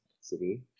city